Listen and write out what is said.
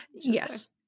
Yes